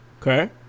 Okay